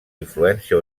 influència